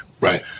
Right